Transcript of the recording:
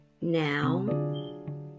now